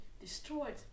destroyed